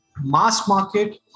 mass-market